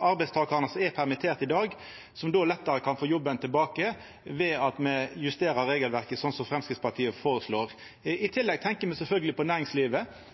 arbeidstakarane som er permitterte i dag, som då lettare kan få jobben tilbake ved at me justerer regelverket slik som Framstegspartiet føreslår. I tillegg tenkjer me sjølvsagt på næringslivet.